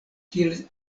kiel